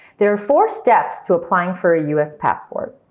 there are four steps to applying for a us passport.